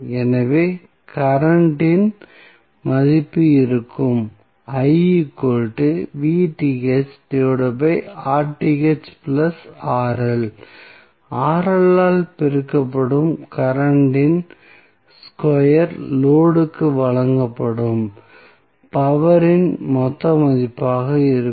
எனவே கரண்ட் இன் மதிப்பு இருக்கும் ஆல் பெருக்கப்படும் கரண்ட் இன் ஸ்கொயர் லோடு க்கு வழங்கப்படும் பவர் இன் மொத்த மதிப்பாக இருக்கும்